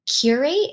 curate